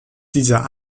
dieser